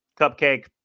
Cupcake